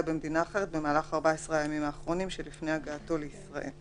במדינה אחרת במהלך 14 הימים האחרונים שלפני הגעתו לישראל,